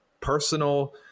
personal